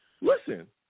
Listen